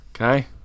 Okay